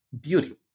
beauty